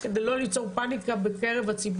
כדי לא ליצור פאניקה בציבור,